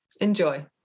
enjoy